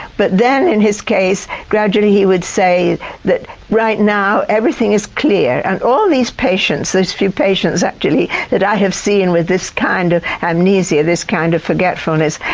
but then, in his case, gradually he would say that right now everything is clear. and all these patients, these few patients actually that i have seen with this kind of amnesia, this kind of forgetfulness,